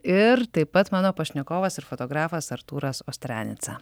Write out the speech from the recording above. ir taip pat mano pašnekovas ir fotografas artūras ostrianica